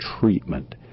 treatment